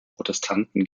protestanten